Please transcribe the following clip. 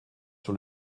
sur